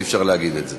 אי-אפשר להגיד את זה.